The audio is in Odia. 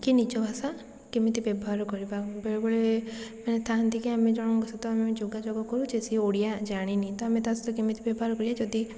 କି ନିଜ ଭାଷା କେମିତି ବ୍ୟବହାର କରିବା ବେଳେବେଳେ ମାନେ ଥାଆନ୍ତି କି ଆମେ ଜଣଙ୍କ ସହିତ ଆମେ ଯୋଗାଯୋଗ କରୁଛେ ସେ ଓଡ଼ିଆ ଜାଣିନି ତ ଆମେ ତା' ସହିତ କେମିତି ବ୍ୟବହାର କରିବା ଯଦି